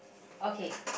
okay